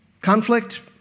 Conflict